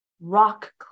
rock